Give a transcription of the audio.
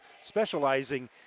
specializing